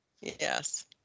Yes